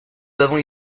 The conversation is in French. avons